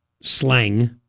slang